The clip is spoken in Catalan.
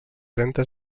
trenta